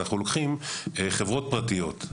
אנחנו לוקחים חברות פרטיות.